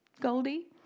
Goldie